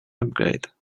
upgrade